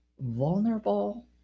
vulnerable